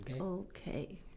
Okay